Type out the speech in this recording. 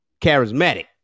Charismatic